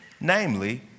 namely